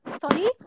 Sorry